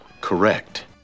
correct